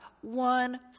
one